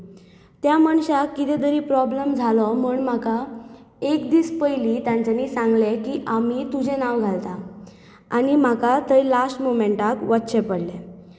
त्या मनशाक कितें तरी प्रोब्लम जालो म्हण म्हाका एक दीस पयलीं तांच्यांनी सांगलें की आमी तुजें नांव घालतात आनी म्हाका लास्ट मुमेटांक थंय वच्चें पडलें